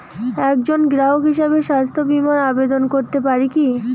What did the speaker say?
একজন গ্রাহক হিসাবে স্বাস্থ্য বিমার আবেদন করতে পারি কি?